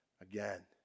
again